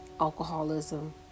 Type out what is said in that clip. alcoholism